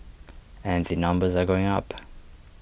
and the numbers are going up